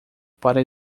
para